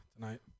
tonight